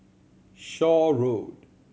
Shaw Road